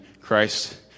Christ